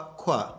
qua